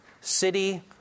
city